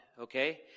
okay